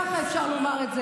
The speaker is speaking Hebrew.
ככה אפשר לומר את זה.